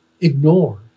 ignore